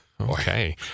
Okay